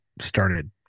started